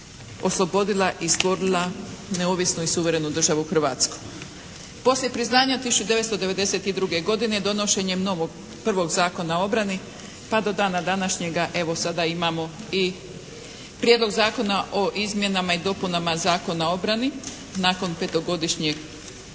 oslobodila i stvorila neovisnu i suverenu državu Hrvatsku. Poslije priznanja 1992. godine donošenjem novog prvog Zakona o obrani pa do dana današnjega evo sada imamo i Prijedlog zakona o izmjenama i dopunama Zakona o obrani nakon petogodišnje